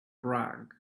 rug